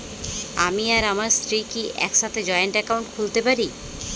আমি আর আমার স্ত্রী কি একসাথে জয়েন্ট অ্যাকাউন্ট খুলতে পারি?